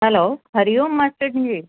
hello Hari Om master ji